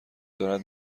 دارد